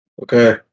Okay